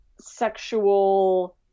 sexual